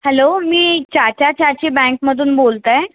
hello मी चाचा चाची बँकमधून बोलतेय